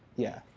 yeah.